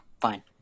fine